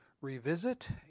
revisit